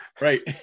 right